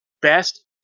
Best